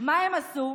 מה הם עשו?